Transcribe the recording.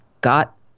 got